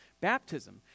baptism